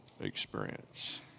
experience